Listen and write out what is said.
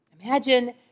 Imagine